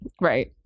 right